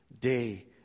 day